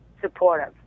supportive